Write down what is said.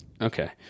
Okay